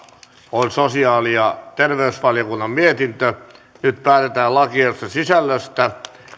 on sosiaali ja terveysvaliokunnan mietintö kolmekymmentäneljä nyt päätetään lakiehdotusten sisällöstä